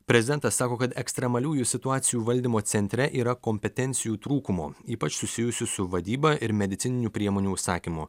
prezidentas sako kad ekstremaliųjų situacijų valdymo centre yra kompetencijų trūkumo ypač susijusių su vadyba ir medicininių priemonių užsakymu